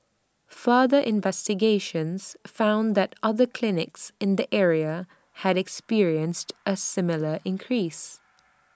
further investigations found that other clinics in the area had experienced A similar increase